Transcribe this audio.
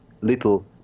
little